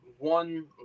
one